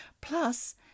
Plus